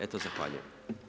Eto zahvaljujem.